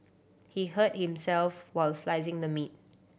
he hurt himself while slicing the meat